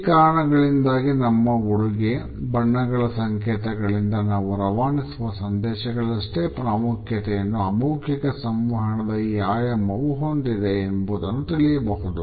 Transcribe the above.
ಈ ಕಾರಣಗಳಿಂದಾಗಿ ನಮ್ಮ ಉಡುಗೆ ಬಣ್ಣಗಳ ಸಂಕೇತಗಳಿಂದ ನಾವು ರವಾನಿಸುವ ಸಂದೇಶಗಳಷ್ಟೇ ಪ್ರಾಮುಖ್ಯತೆಯನ್ನು ಅಮೌಖಿಕ ಸಂವಹನದ ಈ ಆಯಾಮವು ಹೊಂದಿದೆ ಎಂಬುದನ್ನು ತಿಳಿಯಬಹುದು